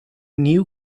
new